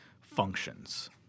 functions